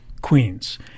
Queen's